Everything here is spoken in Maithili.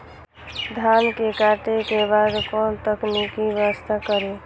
धान के काटे के बाद कोन तकनीकी व्यवस्था करी?